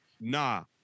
Nah